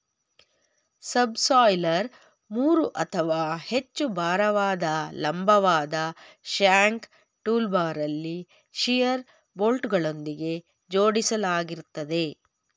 subsoiler ಮೂರು ಅಥವಾ ಹೆಚ್ಚು ಭಾರವಾದ ಲಂಬವಾದ ಶ್ಯಾಂಕ್ ಟೂಲ್ಬಾರಲ್ಲಿ ಶಿಯರ್ ಬೋಲ್ಟ್ಗಳೊಂದಿಗೆ ಜೋಡಿಸಲಾಗಿರ್ತದೆ